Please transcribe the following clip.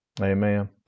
Amen